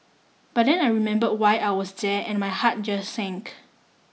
but then I remember why I was there and my heart just sank